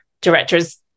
directors